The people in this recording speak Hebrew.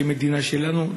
שהיא מדינה שלנו,